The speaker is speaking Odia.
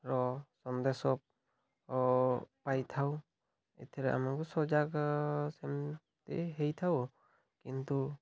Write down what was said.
ର ସନ୍ଦେଶ ପାଇଥାଉ ଏଥିରେ ଆମକୁ ସଜାଗ ସେମିତି ହେଇଥାଉ କିନ୍ତୁ